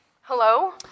Hello